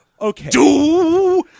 okay